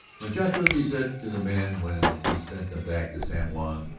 muchachos he said to the men when he sent them back to san juan,